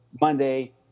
Monday